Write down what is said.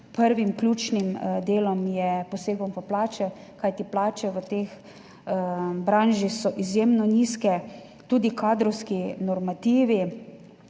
Prvi ključni del je poseg v plače, kajti plače v tej branži so izjemno nizke, tudi kadrovski normativi.